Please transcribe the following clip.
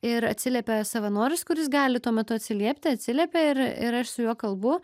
ir atsiliepia savanoris kuris gali tuo metu atsiliepti atsiliepia ir ir aš su juo kalbu